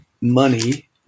money